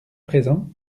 présent